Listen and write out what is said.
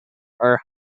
are